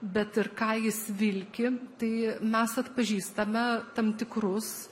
bet ir ką jis vilki tai mes atpažįstame tam tikrus